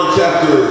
chapter